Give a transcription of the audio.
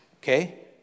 Okay